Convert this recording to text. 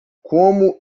como